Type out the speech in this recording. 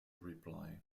reply